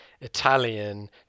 Italian